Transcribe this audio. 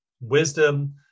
wisdom